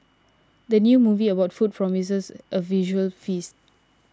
the new movie about food promises a visual feast